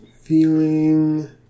Feeling